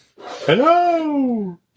Hello